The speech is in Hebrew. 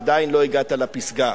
עדיין לא הגעת לפסגה.